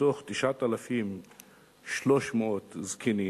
מתוך 9,300 זקנים,